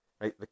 right